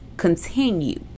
continue